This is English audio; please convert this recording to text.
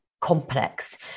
complex